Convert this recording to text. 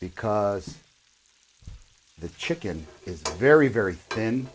because the chicken is very very thin